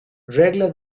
reglas